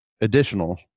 additional